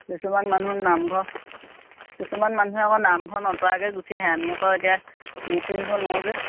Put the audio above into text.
কিছুমান মানুহ নামঘৰ কিছুমান মানুহে আকৌ নামঘৰ নতঁৰাকৈ গুচি আহে আমি আকৌ এতিয়া এৰি থৈ আহিব নোৱাৰোঁ যে